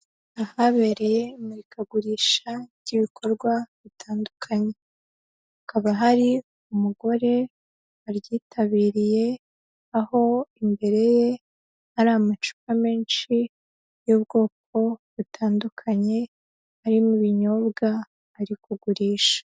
Ahabereye imurikagurisha ry'ibikorwa bitandukanye, hakaba hari umugore waryitabiriye, aho imbere ye hari amacupa menshi y'ubwoko butandukanye arimo ibinyobwa bari kugurisha.